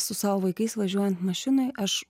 su savo vaikais važiuojant mašinoj aš